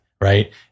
Right